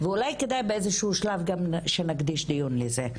ואולי כדאי גם שבאיזה שהוא שלב נקדיש דיון גם לזה.